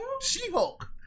She-Hulk